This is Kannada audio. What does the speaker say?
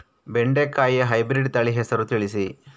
ಬೆಂಡೆಕಾಯಿಯ ಹೈಬ್ರಿಡ್ ತಳಿ ಹೆಸರು ತಿಳಿಸಿ?